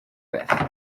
beth